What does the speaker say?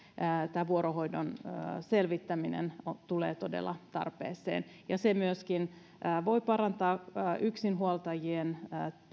tämä vuorohoidon selvittäminen tulee todella tarpeeseen se myöskin voi parantaa yksinhuoltajien